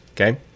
okay